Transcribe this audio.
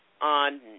On